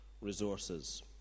resources